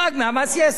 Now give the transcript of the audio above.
תוחרג ממס יסף.